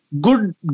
good